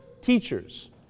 teachers